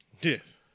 Yes